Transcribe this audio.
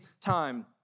time